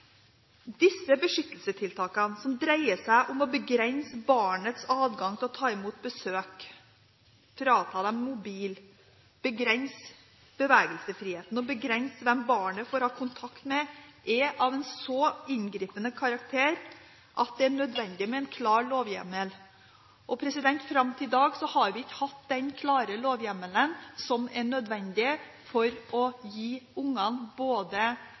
Disse beskyttelsestiltakene, som dreier seg om å begrense barnets adgang til å ta imot besøk, frata dem mobil, begrense bevegelsesfriheten og begrense hvem barnet får ha kontakt med, er av en så inngripende karakter at det er nødvendig med en klar lovhjemmel. Fram til i dag har vi ikke hatt den klare lovhjemmelen som er nødvendig for å gi ungene både